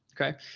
Okay